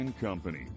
Company